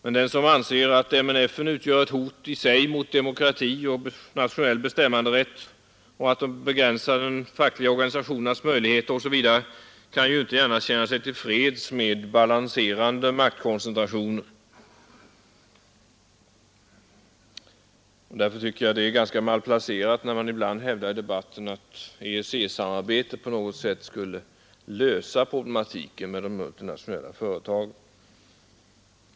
Men den som anser att de multinationella företagen utgör ett hot i sig mot demokrati och nationell bestämmanderätt och att de begränsar de fackliga organisationernas möjligheter osv. kan ju inte känna sig till freds med ”balanserande maktkoncentrationer”. Därför tycker jag att det är ganska malplacerat när man ibland hävdar i debatten att EEC-samarbetet på något sätt skulle ”lösa” problemen med de multinationella företagen.